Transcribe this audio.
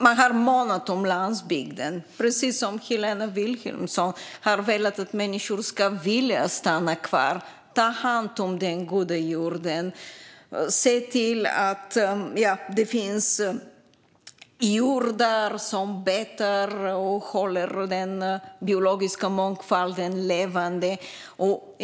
Man har månat om landsbygden, precis som Helena Vilhelmsson har velat att människor ska vilja stanna kvar, ta hand om den goda jorden och se till att det finns hjordar som betar och håller den biologiska mångfalden levande.